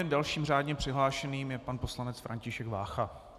Dalším řádně přihlášeným je pan poslanec František Vácha.